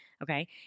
Okay